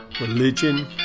religion